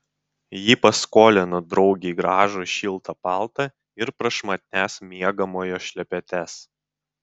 ji paskolino draugei gražų šiltą paltą ir prašmatnias miegamojo šlepetes